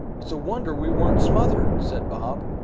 it's a wonder we weren't smothered, said bob.